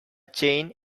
chain